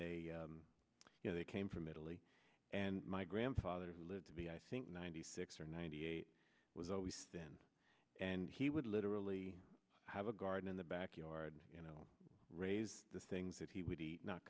they you know they came from italy and my grandfather who lived to be i think ninety six or ninety eight was always stand and he would literally have a garden in the backyard you know raised the things that he would eat not